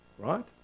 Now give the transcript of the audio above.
Right